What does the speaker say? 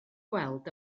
gweld